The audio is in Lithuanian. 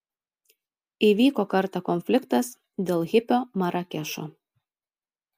įvyko kartą konfliktas dėl hipio marakešo